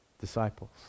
disciples